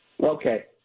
Okay